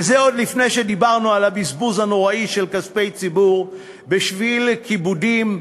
וזה עוד לפני שדיברנו על הבזבוז הנוראי של כספי ציבור בשביל כיבודים,